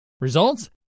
Results